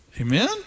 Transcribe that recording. amen